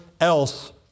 else